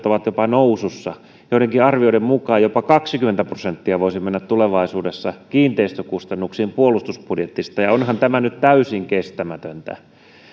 ovat jopa nousussa joidenkin arvioiden mukaan jopa kaksikymmentä prosenttia voisi mennä tulevaisuudessa kiinteistökustannuksiin puolustusbudjetista onhan tämä nyt täysin kestämätöntä